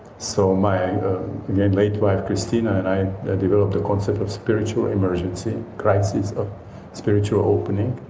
so my late wife christina and i developed a concept of spiritual emergency, crisis of spiritual opening.